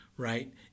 Right